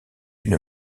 une